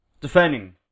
defending